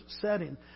setting